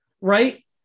right